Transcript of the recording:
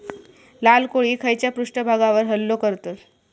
लाल कोळी खैच्या पृष्ठभागावर हल्लो करतत?